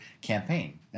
campaign